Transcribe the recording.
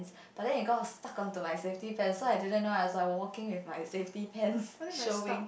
but then it got stuck onto my safety pants so I didn't know I was like walking with my safety pants showing